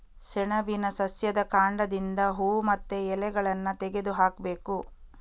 ಸೆಣಬಿನ ಸಸ್ಯದ ಕಾಂಡದಿಂದ ಹೂವು ಮತ್ತೆ ಎಲೆಗಳನ್ನ ತೆಗೆದು ಹಾಕ್ಬೇಕು